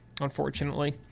unfortunately